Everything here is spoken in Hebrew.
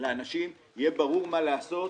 לאנשים יהיה ברור מה לעשות,